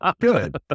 good